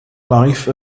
life